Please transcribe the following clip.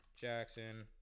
Jackson